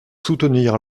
soutenir